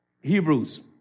Hebrews